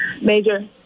major